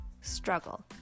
struggle